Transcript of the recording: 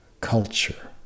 culture